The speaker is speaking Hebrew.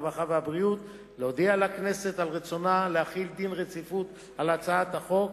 הרווחה והבריאות להודיע לכנסת על רצונה להחיל דין רציפות על הצעת החוק,